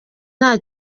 nta